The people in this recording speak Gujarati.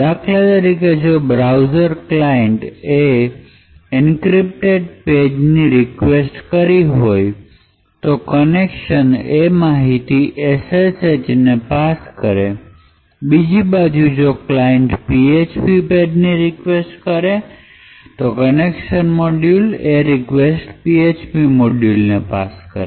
દાખલા તરીકે જો બ્રાઉઝર ક્લાયન્ટ એ એનકરિપ્તેડ પેજ ની રિક્વેસ્ટ કરી હોય તો કનેક્શન એ માહિતી SSHને પાસ કરે અને બીજી બાજુ જો ક્લાયન્ટ php page ને રિક્વેસ્ટ કરી હોય તો કનેક્શન મોડ્યુલ એ રીકવેસ્ટ php મોડયુલને પાસ કરશે